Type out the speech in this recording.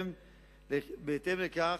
בהתאם לכך,